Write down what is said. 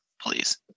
please